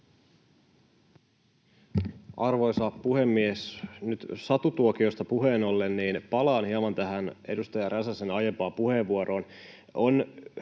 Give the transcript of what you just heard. Arvoisa puhemies! Nyt satutuokiosta puheen ollen palaan hieman tähän edustaja Räsäsen aiempaan puheenvuoroon.